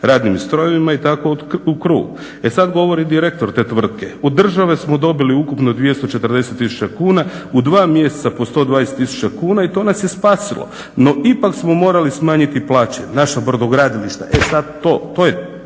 radnim strojevima i tako u krug. E sad govori direktor te tvrtke, od države smo dobili ukupno 240 000 kuna, u dva mjeseca po 120 000 kuna i to nas je spasilo, no ipak smo morali smanjiti plaće, naša brodogradilišta. E sad to, to je